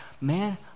man